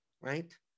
right